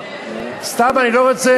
סתם, אני לא רוצה.